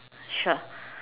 sure